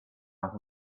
out